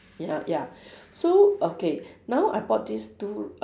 ya ya so okay now I bought this two uh